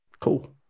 Cool